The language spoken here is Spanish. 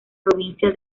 provincia